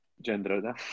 gender